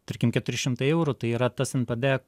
tarkim keturi šimtai eurų tai yra tas npd